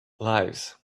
lives